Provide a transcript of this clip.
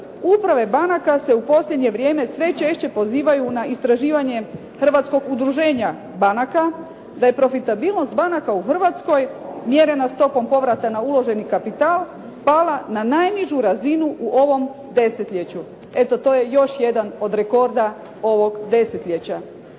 uprave banaka se u posljednje vrijeme sve češće pozivaju na istraživanje Hrvatskog udruženja banaka da je profitabilnost banaka u Hrvatskoj mjerena stopom povrata na uloženi kapital pala na najnižu razinu u ovom desetljeću. Eto to je još jedan od rekorda ovog desetljeća.